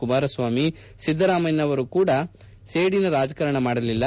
ಕುಮಾರಸ್ವಾಮಿ ಸಿದ್ದರಾಮಯ್ಯನವರೂ ಕೂಡ ಸೇಡಿನ ರಾಜಕಾರಣ ಮಾಡಲಿಲ್ಲ